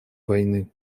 войны